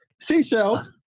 seashells